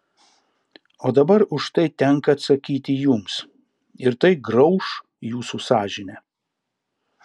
o dabar už tai tenka atsakyti jums ir tai grauš jūsų sąžinę